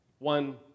One